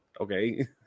Okay